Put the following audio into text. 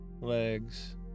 legs